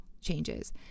changes